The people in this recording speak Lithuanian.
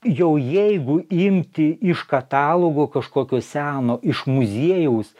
jau jeigu imti iš katalogo kažkokio seno iš muziejaus